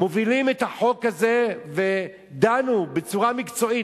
מובילים את החוק הזה ודנו בצורה מקצועית,